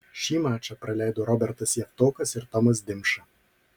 šį mačą praleido robertas javtokas ir tomas dimša